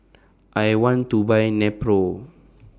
I want to Buy Nepro